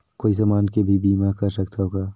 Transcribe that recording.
कोई समान के भी बीमा कर सकथव का?